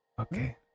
Okay